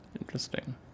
Interesting